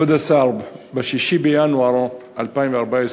כבוד השר, ב-6 בינואר 2014,